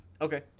Okay